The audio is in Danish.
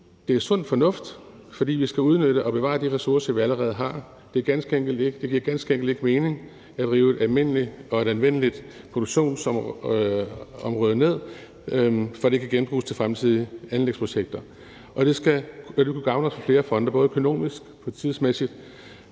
Det er sund fornuft, fordi vi skal udnytte og bevare de ressourcer, vi allerede har. Det giver ganske enkelt ikke mening at rive et almindeligt og anvendeligt produktionsområde ned, for det kan genbruges til fremtidige anlægsprojekter. Det kunne gavne os på flere fronter, både økonomisk, tidsmæssigt